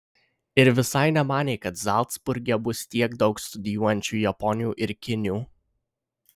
ir visai nemanė kad zalcburge bus tiek daug studijuojančių japonių ir kinių